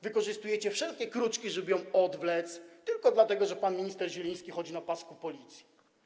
Wykorzystujecie wszelkie kruczki, żeby ją odwlec, tylko dlatego, że pan minister Zieliński chodzi na pasku Policji.